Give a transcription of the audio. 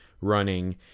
running